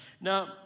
Now